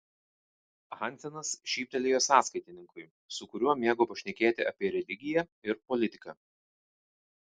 hansenas šyptelėjo sąskaitininkui su kuriuo mėgo pašnekėti apie religiją ir politiką